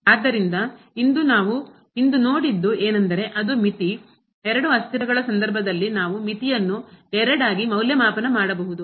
ಆದ್ದರಿಂದ ಇಂದು ನಾವು ಇಂದು ನೋಡಿದ್ದು ಏನೆಂದರೆ ಅದು ಮಿತಿ ಎರಡು ಅಸ್ಥಿರಗಳ ಸಂದರ್ಭದಲ್ಲಿ ನಾವು ಮಿತಿಯನ್ನು ಎರಡಾಗಿ ಮೌಲ್ಯಮಾಪನ ಮಾಡಬಹುದು